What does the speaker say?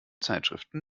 zeitschriften